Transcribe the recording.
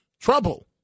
trouble